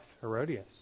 Herodias